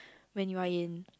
when you are in